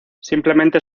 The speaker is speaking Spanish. simplemente